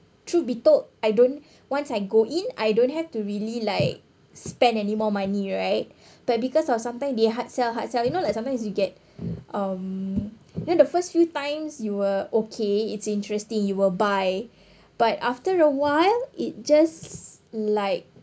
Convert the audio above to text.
truth be told I don't once I go in I don't have to really like spend any more money right but because of sometime they hard sell hard sell you know like sometimes you get um then the first few times you were okay it's interesting you will buy but after awhile it just like